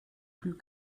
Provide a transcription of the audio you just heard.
plus